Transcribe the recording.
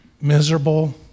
miserable